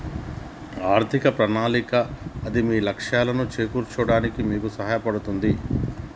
ఆర్థిక ప్రణాళిక అది మీ లక్ష్యాలను చేరుకోవడానికి మీకు సహాయపడతది